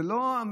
זו לא המציאות.